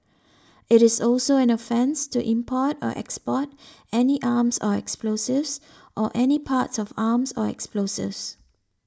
it is also an offence to import or export any arms or explosives or any parts of arms or explosives